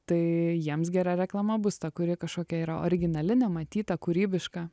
tai jiems gera reklama bus ta kuri kažkokia yra originali nematyta kūrybiška